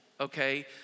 okay